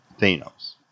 Thanos